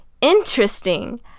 Interesting